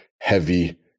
heavy